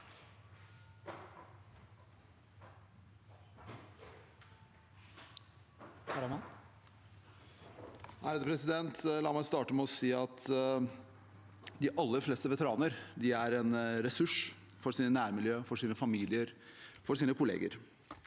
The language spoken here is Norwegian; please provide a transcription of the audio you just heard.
(H) La meg star- te med å si at de aller fleste veteraner er en ressurs for sine nærmiljø, for sine familier og for sine kolleger.